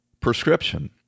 prescription